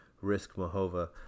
Risk-Mahova